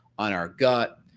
on our gut,